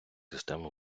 систем